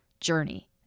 journey